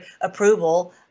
approval